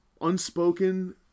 unspoken